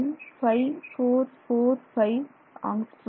5445 angstrom